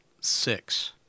six